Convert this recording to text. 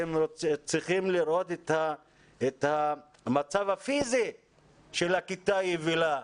אתם צריכים לראות את המצב הפיזי של הכיתה היבילה,